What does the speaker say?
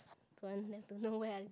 don't want them to know where i live